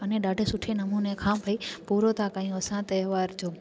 अने ॾाढे सुठे नमूने खां भई पूरो था कयूं असां त्योहार जो